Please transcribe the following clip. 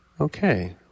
okay